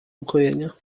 ukojenia